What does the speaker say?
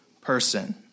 person